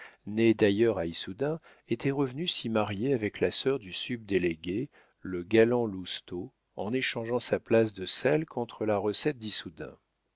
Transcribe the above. d'ailleurs à issoudun était revenu s'y marier avec la sœur du subdélégué le galant lousteau en échangeant sa place de selles contre la recette d'issoudun